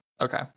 Okay